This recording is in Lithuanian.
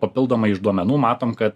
papildomai iš duomenų matome kad